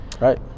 Right